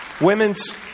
Women's